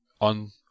on